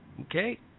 Okay